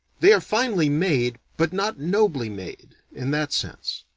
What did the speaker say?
they are finely made, but not nobly made in that sense.